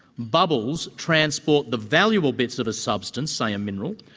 bubbles transport the valuable bits of a substance, say a mineral,